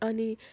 अनि